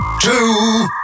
two